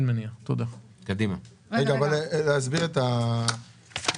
אם תוכלו להסביר את פסקה (ב)(1):